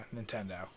Nintendo